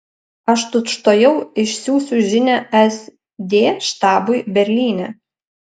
aš tučtuojau išsiųsiu žinią sd štabui berlyne